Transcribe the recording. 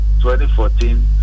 2014